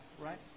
right